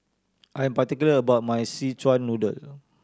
I am particular about my Szechuan Noodle